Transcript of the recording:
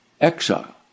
exile